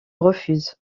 refuse